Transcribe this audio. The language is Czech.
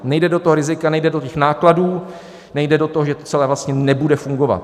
Nejde do toho rizika, nejde do těch nákladů, nejde do toho, že to celé vlastně nebude fungovat.